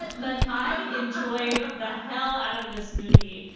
but i enjoyed the hell out of this movie.